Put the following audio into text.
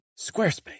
Squarespace